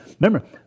Remember